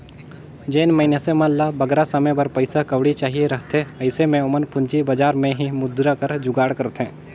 जेन मइनसे मन ल बगरा समे बर पइसा कउड़ी चाहिए रहथे अइसे में ओमन पूंजी बजार में ही मुद्रा कर जुगाड़ करथे